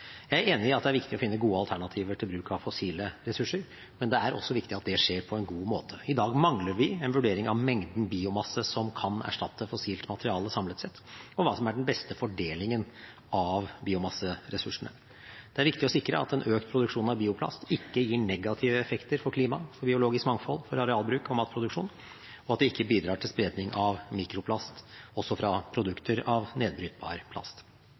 Jeg er enig i at det er viktig å finne gode alternativer til bruk av fossile ressurser, men det er også viktig at det skjer på en god måte. I dag mangler vi en vurdering av mengden biomasse som kan erstatte fossilt materiale samlet sett, og hva som er den beste fordelingen av biomasseressursene. Det er viktig å sikre at en økt produksjon av bioplast ikke gir negative effekter for klima, for biologisk mangfold, for arealbruk og matproduksjon, og at det ikke bidrar til spredning av mikroplast også fra produkter av nedbrytbar plast.